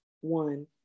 One